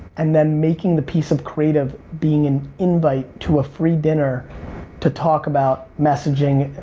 and then making the piece of creative being an invite to a free dinner to talk about messaging.